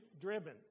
driven